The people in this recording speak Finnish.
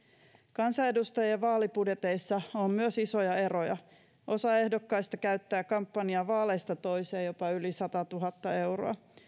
kansanedustajien vaalibudjeteissa on myös isoja eroja osa ehdokkaista käyttää kampanjaan vaaleista toiseen jopa yli satatuhatta euroa